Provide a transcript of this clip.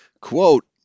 Quote